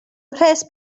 mhres